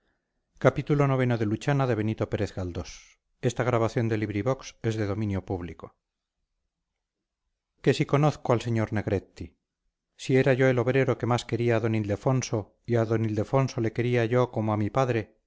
parecidas expresiones que si conozco al sr negretti si era yo el obrero que más quería d ildefonso y a d ildefonso le quería yo como a mi padre